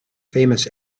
famous